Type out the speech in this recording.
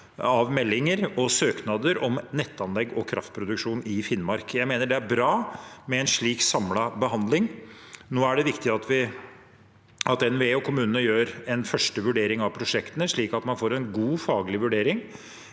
av meldinger og søknader om nettanlegg og kraftproduksjon i Finnmark. Jeg mener det er bra med en slik samlet behandling. Nå er det viktig at NVE og kommunene gjør en første vurdering av prosjektene, slik at man får en god faglig vurdering